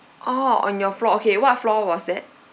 orh on your floor okay what floor was that